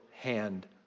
hand